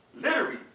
Literary